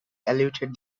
allotted